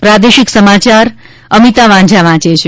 પ્રાદેશિક સમાચાર અમિતા વાંઝા વાંચે છે